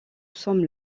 sommes